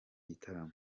gitaramo